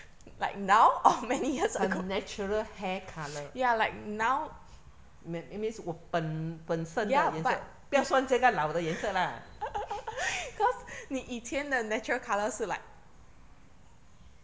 her natural hair colour me~ means 我本本身的颜色不要算这个老的颜色啦